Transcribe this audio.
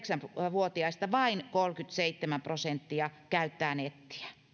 vuotiaista vain kolmekymmentäseitsemän prosenttia käyttää nettiä